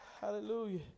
Hallelujah